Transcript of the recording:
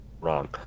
wrong